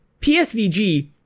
psvg